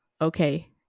okay